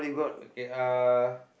okay uh